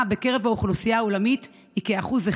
בקרב האוכלוסייה העולמית היא כ-1%.